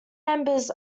members